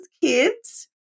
kids